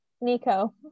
Nico